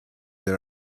than